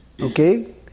okay